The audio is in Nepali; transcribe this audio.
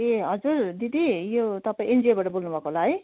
ए हजुर दिदी यो तपाईँ एनजिओबाट बोल्नुभएको होला है